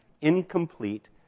incomplete